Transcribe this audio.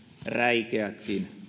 räikeätkin